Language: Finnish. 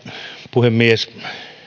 puhemies